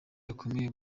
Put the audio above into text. yakomeje